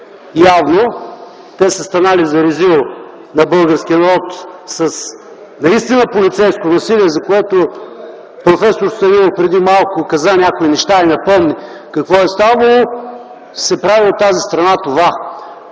явно те са станали за резил на българския народ с наистина полицейско насилие, за което проф. Станилов преди малко каза някои неща и напомни какво е ставало и че това се прави от тази страна.